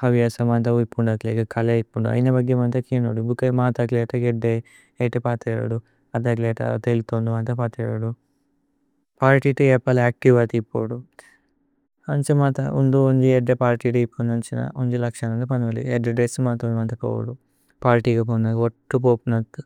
ഹവ്യസ മന്ദ ഉഇപുന്ദ അക്ലന കല ഇപുന്ദ ഐന। ബഗ്യ മന്ദ കേനുദ ഭുക്ക മന്ദ അക്ലന ഏത ഏദ്ദ। ഏത പാലതി അരുദു അദ്ദ അക്ലന തേലിഥു അന്ദ മന്ദ। പാലതി അരുദു പാലതി ഇതി ഏപല അക്തിവ ഇതി പോദു। അന്ഛ മന്ദ ഉന്ദു ഉന്ദ്ജി ഏദ്ദ പാലതി ഇതി ഇപുന। അന്ഛ മന്ദ ഉന്ദ്ജി ലക്ശന അനന്ദ പനോദ ഏദ്ദ। ദ്രേസു മന്ദ അരുദു। മന്ദ പോദു। പാലതി ഇക ബോന്ദ।